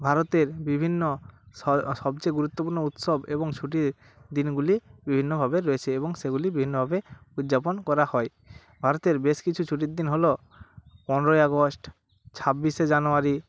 ভারতের বিভিন্ন স সবচেয়ে গুরুত্বপূর্ণ উৎসব এবং ছুটির দিনগুলি বিভিন্নভাবে রয়েছে এবং সেগুলি বিভিন্নভাবে উদযাপন করা হয় ভারতের বেশ কিছু ছুটির দিন হলো পনরোই আগস্ট ছাব্বিশে জানুয়ারি